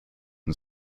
and